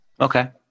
Okay